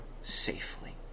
safely